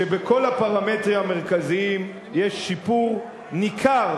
כשבכל הפרמטרים המרכזיים יש שיפור ניכר